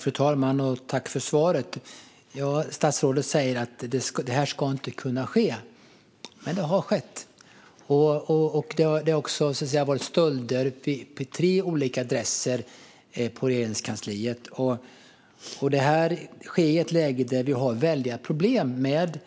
Fru talman! Statsrådet säger att detta inte ska kunna ske, men det har skett. Det har varit stölder på tre olika adresser hos Regeringskansliet. Det här sker i ett läge där vi har väldiga problem med